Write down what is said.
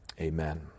Amen